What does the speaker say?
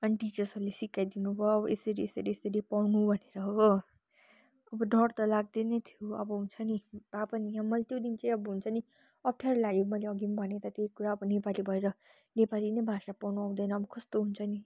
अनि टिचर्सहरूले सिकाइदिनुभयो अब यसरी यसरी यसरी पढ्नु भनेर हो अब डर त लाग्दै नै थियो अब हुन्छ नि भए पनि मैले त्यो दिन चाहिँ अब हुन्छ नि अप्ठ्यारो लाग्यो मैले अघि पनि भने त त्यो कुरा अब नेपाली भएर नेपाली नै भाषा पढ्नु आउँदैन अब कस्तो हुन्छ नि